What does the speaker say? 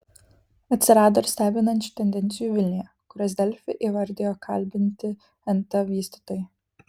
atsirado ir stebinančių tendencijų vilniuje kurias delfi įvardijo kalbinti nt vystytojai